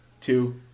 two